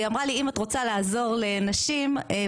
והיא אמרה לי: אם את רוצה לעזור לנשים ועדת